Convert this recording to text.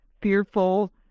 fearful